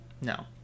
No